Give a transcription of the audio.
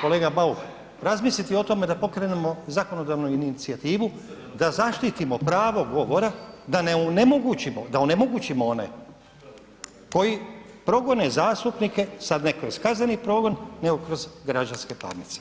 kolega Bauk razmisliti o tome da pokrenemo zakonodavnu inicijativu da zaštitimo pravo govora da onemogućimo one koji progone zastupnike, sad nekog kroz kazneni progon, nekog kroz građanske parnice.